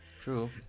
true